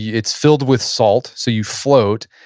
it's filled with salt, so you float.